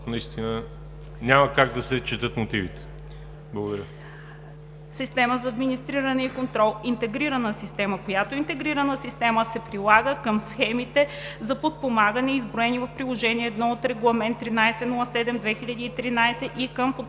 наистина няма как да се четат мотивите. Благодаря.